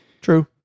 True